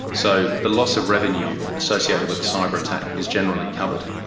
so the loss of revenue associated with a cyber attack is generally covered.